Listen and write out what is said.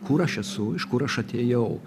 kur aš esu iš kur aš atėjau